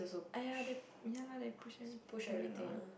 !aiya! they ya lah they push everything I don't know